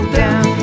down